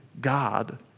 god